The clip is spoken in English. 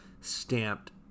stamped